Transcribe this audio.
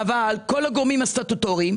אבל כל הגורמים הסטטוטוריים,